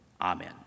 Amen